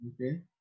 Okay